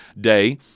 day